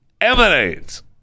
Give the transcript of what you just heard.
emanates